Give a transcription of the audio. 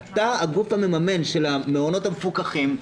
אתה הגוף המממן של המעונות המפוקחים.